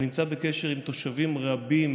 אני נמצא בקשר עם תושבים רבים,